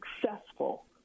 successful